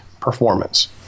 performance